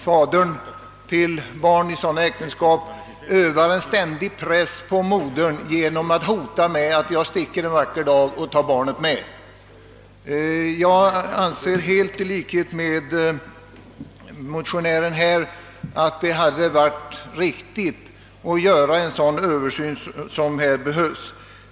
Fadern till barn i sådana äktenskap kan öva en ständig press på modern genom att hota med att en vacker dag sticka sin väg och ta barnet med sig. Jag anser i likhet med motionären att det hade varit riktigt att göra en översyn av lagstiftningen.